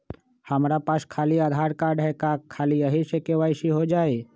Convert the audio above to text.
हमरा पास खाली आधार कार्ड है, का ख़ाली यही से के.वाई.सी हो जाइ?